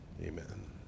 Amen